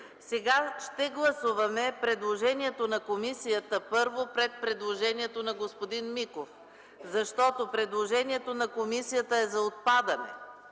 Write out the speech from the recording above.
Сега ще гласуваме предложението на комисията, първо, пред предложението на господин Миков, защото предложението на комисията е за отпадане